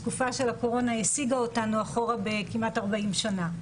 התקופה של הקורונה השיגה אותנו אחורה בכמעט 40 שנה.